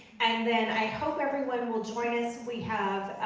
and then i hope everyone will join us, we have